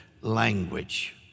language